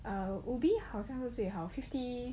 err ubi 好像是最好 fifty